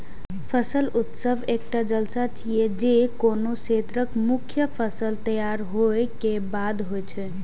फसल उत्सव एकटा जलसा छियै, जे कोनो क्षेत्रक मुख्य फसल तैयार होय के बाद होइ छै